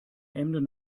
emden